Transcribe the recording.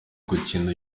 gukina